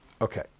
Okay